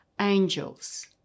angels